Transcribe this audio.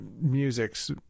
musics